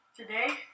Today